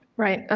right,